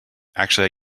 actually